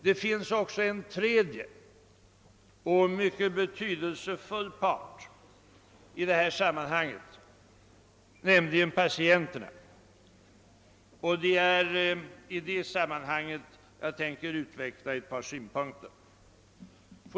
Det finns också en tredje och mycket betydelsefull part, nämligen patienterna, och det är med den utgångspunkt jag tänker utveckla ett par synpunkter.